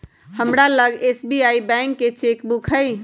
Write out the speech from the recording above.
हमरा लग SBI bank के चेक बुक हइ